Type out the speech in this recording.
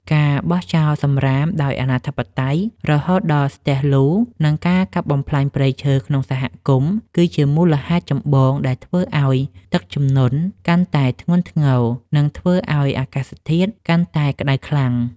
ការបោះចោលសំរាមដោយអនាធិបតេយ្យរហូតដល់ស្ទះលូ និងការកាប់បំផ្លាញព្រៃឈើក្នុងសហគមន៍ គឺជាមូលហេតុចម្បងដែលធ្វើឱ្យទឹកជំនន់កាន់តែធ្ងន់ធ្ងរ និងធ្វើឱ្យអាកាសធាតុកាន់តែក្ដៅខ្លាំង។